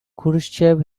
khrushchev